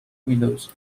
windows